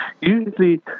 usually